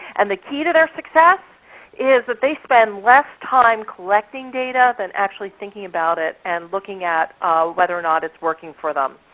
and the key to their success is they spend less time collecting data than actually thinking about it, and looking at whether or not it's working for them.